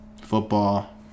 football